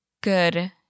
Good